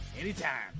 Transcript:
Anytime